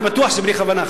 אני בטוח שבלי כוונה,